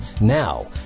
Now